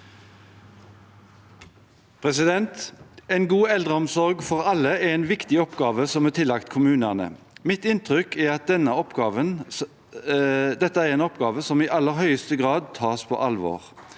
En god eldreom- sorg for alle er en viktig oppgave som er tillagt kommunene. Mitt inntrykk er at dette er en oppgave som i aller høyeste grad tas på alvor.